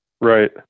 Right